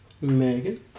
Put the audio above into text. Megan